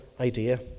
idea